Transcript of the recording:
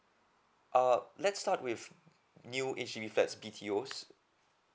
uh let's start with new H_D_B flats B_T_O